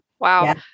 wow